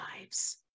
lives